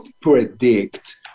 predict